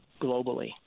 globally